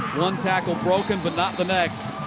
one tackle broken but not the next.